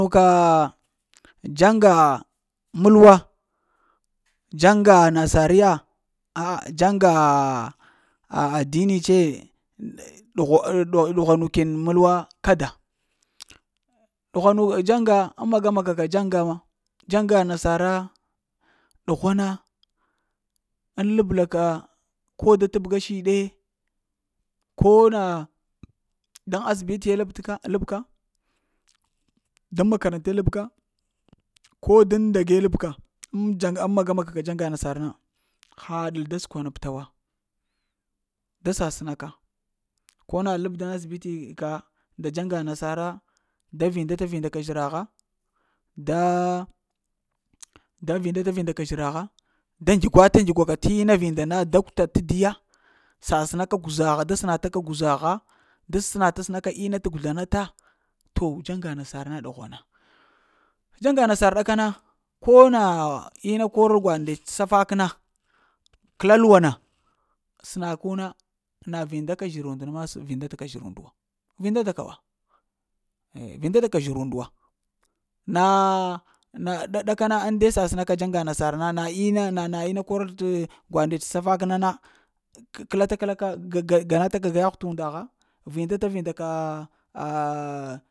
Ŋ mog kaa ah dzaŋgaa mulwa dzaŋga nasarya a? Daŋga a a adini tse dogh ah a dughwanu kin mulwa kada ɗugha nu dzəŋga ŋ maga-maga ka dzaŋga dzaŋga nasara, ɗughwana, ŋ labla ka ko da t'bəga siɗe, ko na daŋ asibitiŋe labka dan makaranta labka ŋ ko daŋ ndage labka ŋ mage-gaga dzaŋga nasar na hal leda sənwanta tawa da sasəna ka ko na lab da asibit ka nda dzaŋga nasara da vinda-t'-vindaka zhiraha da da vinda-t’ vinda ka zhiraha da ndzugwa-t'-ndzukwa ka tina vinda na dokta tadiya səesəna ka kuzaha da sasəna ka kuzaha, da səna t sna ka ina kuzlanata. To dzaŋga nasar na ɗughwana ɗzaŋga nasar na kana, ko na ina korel gwaɗ ndets t safak na kəla luwana səna ku na na vinda ka zhira und na vinda ta ka ɗughwanu, vinda ta ka wa vinda ta ka zhira unda wa naa nah ɗakana inda sasəna ka dzaŋga nasar na na ina na-na ina kor t'gwaɗ ndets t’ safak na na kəla-ta-kəla ka, ga, ga gana ta ga yaghw t'unda ha vinta ta vindakaa,